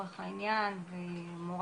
אני חושבת שצריך לעשות עוד דברים כי עובדה שעדיין